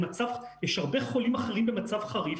יש הרבה חולים אחרים במצב חריף,